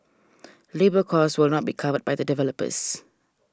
labour cost will not be covered by the developers